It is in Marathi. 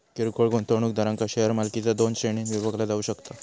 किरकोळ गुंतवणूकदारांक शेअर मालकीचा दोन श्रेणींत विभागला जाऊ शकता